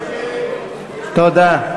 תודה.